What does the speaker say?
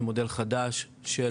זה מודל חדש של,